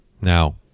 Now